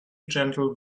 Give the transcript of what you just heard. gentle